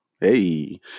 Hey